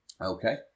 Okay